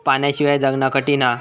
पाण्याशिवाय जगना कठीन हा